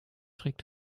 trägt